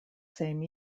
same